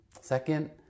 Second